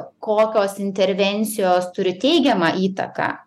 kokios intervencijos turi teigiamą įtaką